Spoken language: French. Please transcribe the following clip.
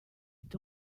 est